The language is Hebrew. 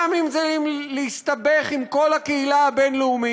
גם אם זה להסתבך עם כל הקהילה הבין-לאומית,